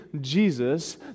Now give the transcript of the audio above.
Jesus